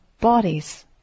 bodies